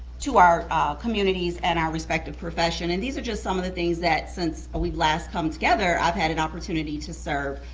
our communities and our respected profession. and these are just some of the things that since ah we've last come together, i've had an opportunity to serve.